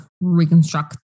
reconstruct